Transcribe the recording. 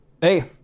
Hey